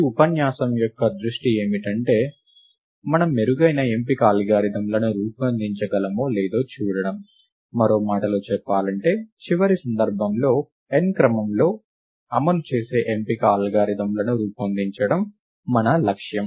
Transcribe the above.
ఈ ఉపన్యాసం యొక్క దృష్టి ఏమిటంటే మనం మెరుగైన ఎంపిక అల్గారిథమ్లను రూపొందించగలమో లేదో చూడటం మరో మాటలో చెప్పాలంటే చివరి సందర్భంలో n క్రమంలో అమలు చేసే ఎంపిక అల్గారిథమ్లను రూపొందించడం మన లక్ష్యం